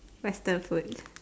Western food